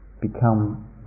become